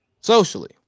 socially